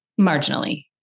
marginally